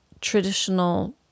traditional